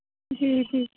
جی جی